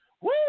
woo